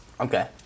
Okay